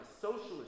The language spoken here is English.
socialist